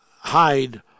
hide